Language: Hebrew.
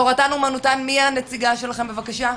"תורתן אומנותן" מי הנציגה שלכן בבקשה?